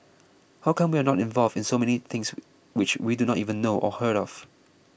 how come we are not involved in so many things which we do not even know or hear of